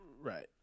Right